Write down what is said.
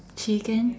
chicken